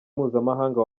mpuzamahanga